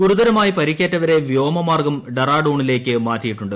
ഗുരുതരമായി പരിക്കേറ്റവരെ വ്യോമമാർഗ്ഗം ഡെറാഡൂണിലേക്ക് മാറ്റിയിട്ടുണ്ട്